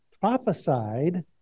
prophesied